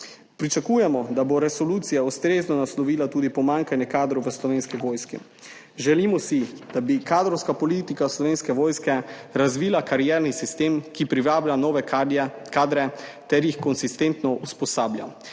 Pričakujemo, da bo resolucija ustrezno naslovila tudi pomanjkanje kadrov v Slovenski vojski. Želimo si, da bi kadrovska politika Slovenske vojske razvila karierni sistem, ki privablja nove kadre ter jih konsistentno usposablja,